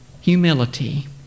Humility